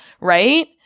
right